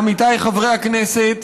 עמיתיי חברי הכנסת,